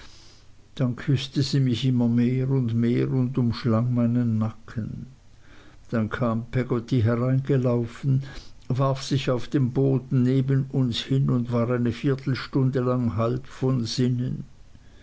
dann küßte sie mich immer mehr und mehr und umschlang meinen nacken dann kam peggotty hereingelaufen warf sich auf dem boden neben uns hin und war eine viertelstunde lang halb von sinnen